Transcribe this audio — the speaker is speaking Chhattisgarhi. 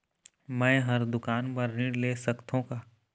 मैं हर दुकान बर ऋण ले सकथों का?